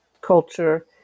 culture